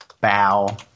Bow